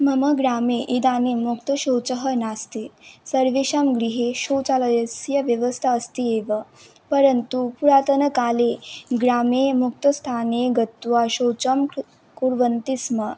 मम ग्रामे इदानीं मुक्तशौचः नास्ति सर्वेषां गृहे शौचालयस्य व्यवस्था अस्ति एव परन्तु पुरातनकाले ग्रामे मुक्तस्थाने गत्वा शौचं कुर् कुर्वन्ति स्म